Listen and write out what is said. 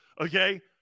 okay